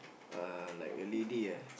uh like a lady ah